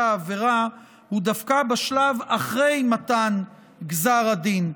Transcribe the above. עבירה הוא דווקא בשלב שאחרי מתן גזר הדין,